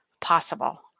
possible